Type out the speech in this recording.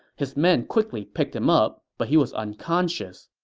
his men quickly picked him up, but he was unconscious.